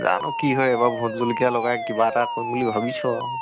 জানো কি হয় এবাৰ ভোট জলকীয়া লগাই কিবা এটা কৰিম বুলি ভাবিছোঁ আৰু